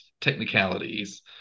technicalities